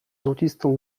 złocistą